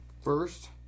first